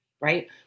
right